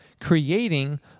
creating